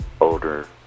older